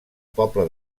poble